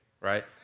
right